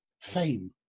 fame